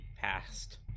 past